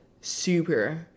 super